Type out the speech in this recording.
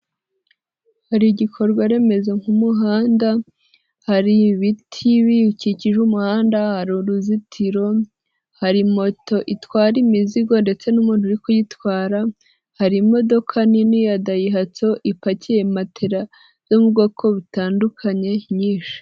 Hari igikorwa remezo nk'umuhanda, hari ibiti bikikije umuhanda, hari uruzitiro, hari moto itwara imizigo ndetse n'umuntu uri kuyitwara, hari imodoka nini ya dayihatso ipakiye matela zo mu bwoko butandukanye nyinshi.